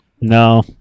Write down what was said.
No